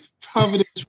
Providence